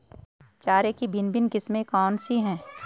चारे की भिन्न भिन्न किस्में कौन सी हैं?